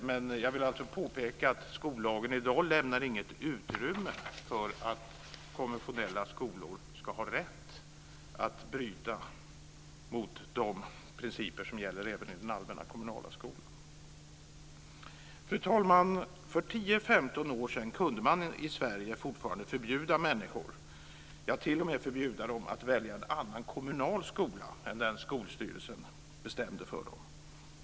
Men skollagen lämnar i dag inget utrymme för att konfessionella skolor ska ha rätt att bryta mot de principer som gäller i den allmänna kommunala skolan. Fru talman! För 10-15 år sedan kunde man i Sverige fortfarande förbjuda människor att välja en annan kommunal skolan än den skolstyrelsen bestämde för dem.